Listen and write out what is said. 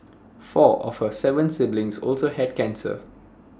four of her Seven siblings also had cancer